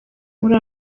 muri